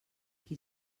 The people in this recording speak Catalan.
qui